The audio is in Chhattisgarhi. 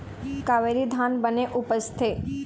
कावेरी धान बने उपजथे?